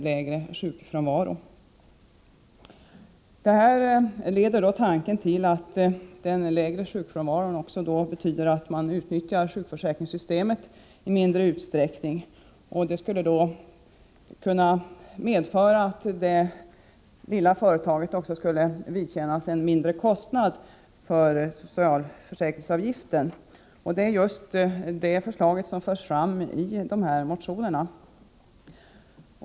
Lägre sjukfrånvaro betyder att företaget utnyttjar sjukförsäkringssystemet i mindre utsträckning, och det leder då tanken till att det lilla företaget skulle kunna vidkännas en kostnad för socialförsäkringsavgiften som är lägre. Det är just detta som vi har fört fram i motionerna.